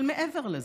אבל מעבר לזה,